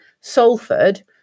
Salford